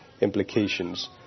implications